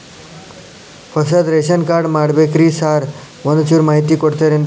ಹೊಸದ್ ration card ಮಾಡ್ಬೇಕ್ರಿ sir ಒಂಚೂರ್ ಮಾಹಿತಿ ಕೊಡ್ತೇರೆನ್ರಿ?